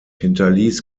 hinterließ